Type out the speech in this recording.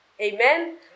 Amen